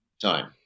time